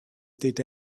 did